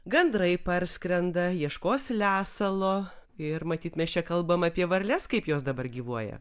gandrai parskrenda ieškos lesalo ir matyt mes čia kalbam apie varles kaip jos dabar gyvuoja